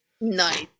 Nice